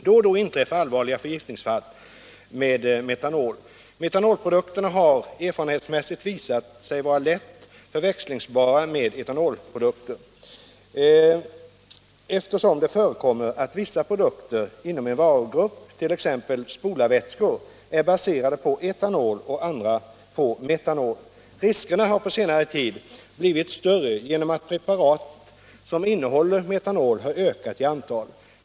Då och då inträffar allvarliga förgiftningsfall med metanol. Metanolprodukterna har erfarenhetsmässigt visat sig vara lätt förväxlingsbara med etanolprodukter, eftersom det förekommer att vissa produkter inom en varugrupp är baserade på etanol och andra på metanol. Riskerna har på senare tid blivit större genom att de preparat som innehåller metanol har ökat i antal.